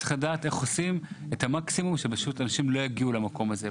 צריך לדעת איך עושים את המקסימום שאנשים לא יגיעו למקום הזה,